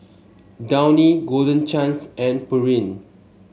Downy Golden Chance and Pureen